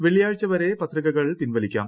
വെള്ളിയാഴ്ച വരെ പത്രികകൾ പിൻവലിക്കാം